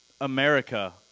America